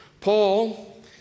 Paul